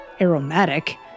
aromatic